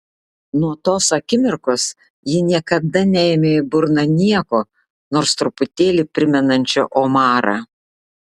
nuo tos akimirkos ji niekada neėmė į burną nieko nors truputėlį primenančio omarą